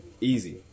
Easy